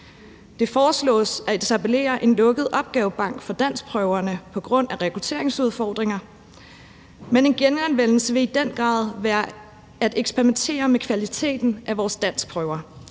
Det foreslås at etablere en lukket opgavebank for danskprøverne på grund af rekrutteringsudfordringer, men en genanvendelse vil i den grad være at eksperimentere med kvaliteten af vores danskprøver.